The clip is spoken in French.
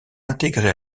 intégrer